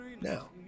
Now